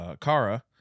Kara